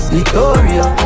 Victoria